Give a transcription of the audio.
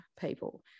people